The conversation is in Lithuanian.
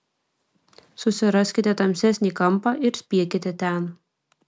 susiraskite tamsesnį kampą ir spiekite ten